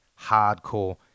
hardcore